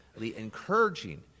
encouraging